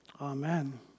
Amen